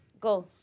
go